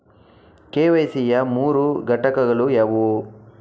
KYC ಯ ಮೂರು ಘಟಕಗಳು ಯಾವುವು?